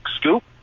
scoop